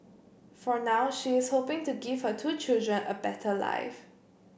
for now she is hoping to give her two children a better life